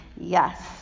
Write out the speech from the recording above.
yes